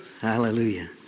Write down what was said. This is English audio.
Hallelujah